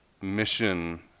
mission